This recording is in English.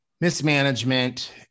mismanagement